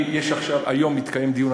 היום מתקיים דיון,